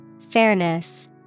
Fairness